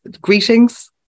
greetings